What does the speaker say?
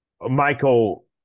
Michael